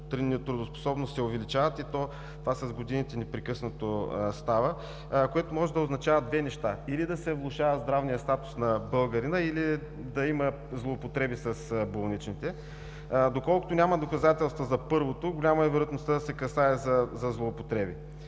неработоспособност се увеличават и с годините това става непрекъснато. Това може да означава само две неща: или да се влошава здравният статус на българина, или да има злоупотреби с болничните. Доколкото няма доказателства за първото, голяма е вероятността да се касае за злоупотреби.